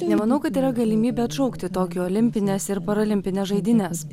nemanau kad yra galimybė atšaukti tokijo olimpines ir parolimpines žaidynes